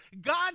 God